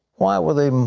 why were they